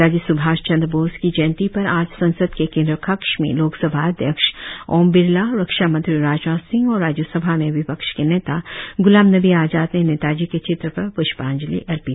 नेताजी स्भाष चंद्र बोस की जयंती पर आज संसद के केंद्रीय कक्ष में लोकसभा अध्यक्ष ओम बिरला रक्षामंत्री राजनाथ सिंह और राज्यसभा में विपक्ष के नेता ग्लाम नबी आजाद ने नेताजी के चित्र पर प्ष्पाजंलि अर्पित की